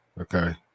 Okay